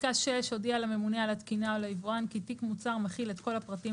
"(6)"הודיעה לממונה על התקינה או ליבואן כי תיק מוצר מכיל את כל הפרטים